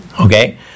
okay